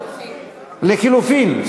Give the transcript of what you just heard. לחלופין.